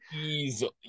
Easily